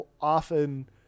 often